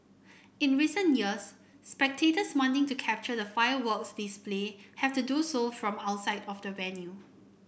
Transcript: in recent years spectators wanting to capture the fireworks display have to do so from outside of the venue